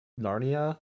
Narnia